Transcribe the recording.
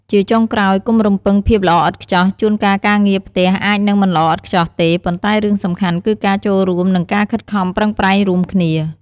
ជាចុងក្រោយ កុំរំពឹងភាពល្អឥតខ្ចោះ ជួនកាលការងារផ្ទះអាចនឹងមិនល្អឥតខ្ចោះទេ ប៉ុន្តែរឿងសំខាន់គឺការចូលរួម និងការខិតខំប្រឹងប្រែងរួមគ្នា។